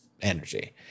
energy